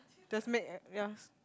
just make